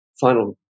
final